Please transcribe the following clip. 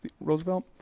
Roosevelt